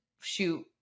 shoot